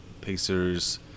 Pacers